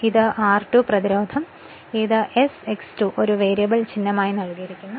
അതിനാൽ ഇത് r2 പ്രതിരോധമാണ് ഈ s X2 ഇത് ഒരു വേരിയബിൾ ചിഹ്നമായി നൽകിയിരിക്കുന്നു